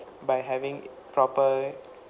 by having proper